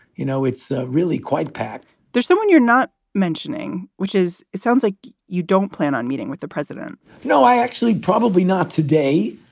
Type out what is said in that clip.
you know, it's really quite packed there's someone you're not mentioning, which is it sounds like you don't plan on meeting with the president no, i actually probably not today.